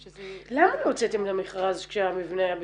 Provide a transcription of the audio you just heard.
שזה -- למה לא הוצאתם למכרז כשהמבנה היה בשיפוצים,